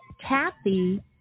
Kathy